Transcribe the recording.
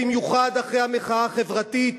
במיוחד אחרי המחאה החברתית,